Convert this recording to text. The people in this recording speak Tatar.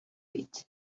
бит